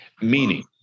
meaning